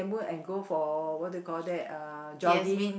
work and go for what do you call that uh jogging